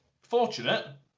Fortunate